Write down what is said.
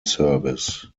service